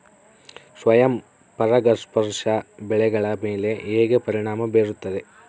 ಸ್ವಯಂ ಪರಾಗಸ್ಪರ್ಶ ಬೆಳೆಗಳ ಮೇಲೆ ಹೇಗೆ ಪರಿಣಾಮ ಬೇರುತ್ತದೆ?